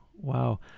wow